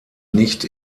nicht